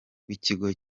w’ikigo